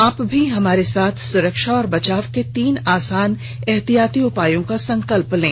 आप भी हमारे साथ सुरक्षा और बचाव के तीन आसान एहतियाती उपायों का संकल्प लें